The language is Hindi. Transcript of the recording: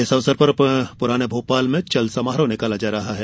इस अवसर पर पुराने भोपाल में चल समारोह निकाला जा रहा है